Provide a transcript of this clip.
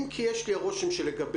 אם כי יש לי הרושם שלגביך,